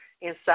inside